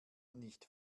nicht